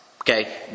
Okay